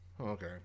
Okay